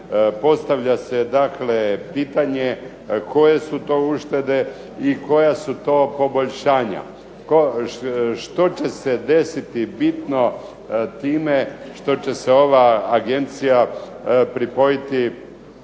Postavlja se pitanje, koje su to uštede i koja su to poboljšanja? Što će se desiti bitno time što će se ova agencija pripojiti